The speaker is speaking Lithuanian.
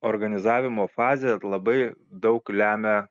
organizavimo fazė labai daug lemia